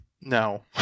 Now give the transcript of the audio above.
No